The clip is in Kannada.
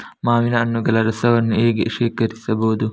ಮಾವಿನ ಹಣ್ಣುಗಳ ರಸವನ್ನು ಹೇಗೆ ಶೇಖರಿಸಬಹುದು?